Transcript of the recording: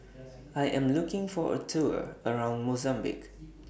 I Am looking For A Tour around Mozambique